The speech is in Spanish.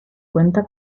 cuenta